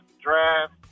draft